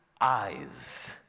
eyes